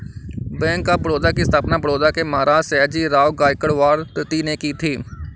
bank of Baroda की स्थापना बड़ौदा के महाराज सयाजीराव गायकवाड तृतीय ने की थी